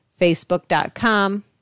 facebook.com